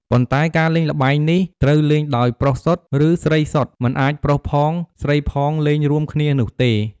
ប៉ុន្តែការលេងល្បែងនេះ ត្រូវលេងដោយប្រុសសុទ្ធ ឬស្រីសុទ្ធ មិនអាចប្រុសផងស្រីផងលេងរួមគ្នានោះទេ។